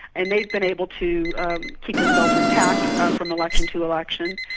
and they've been able to keep themselves intact ah from election to election.